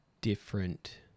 different